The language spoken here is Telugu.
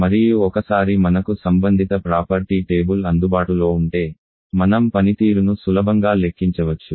మరియు ఒకసారి మనకు సంబంధిత ప్రాపర్టీ టేబుల్ అందుబాటులో ఉంటే మనం పనితీరును సులభంగా లెక్కించవచ్చు